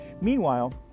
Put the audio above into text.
Meanwhile